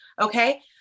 Okay